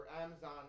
amazon